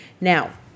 Now